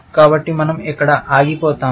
కాబట్టి మన০ ఇక్కడ ఆగిపోతాము